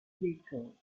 vehicles